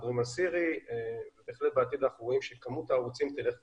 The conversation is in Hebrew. על סירי ובעתיד אנחנו רוצים שכמות הערוצים תלך ותגדל.